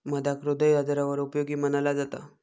मधाक हृदय आजारांवर उपयोगी मनाला जाता